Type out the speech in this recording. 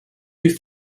you